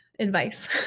advice